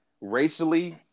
racially